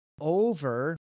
over